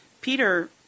peter